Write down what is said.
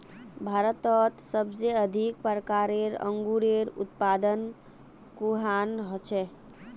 भारतत सबसे अधिक प्रकारेर अंगूरेर उत्पादन कुहान हछेक